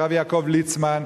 הרב יעקב ליצמן,